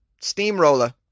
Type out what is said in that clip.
steamroller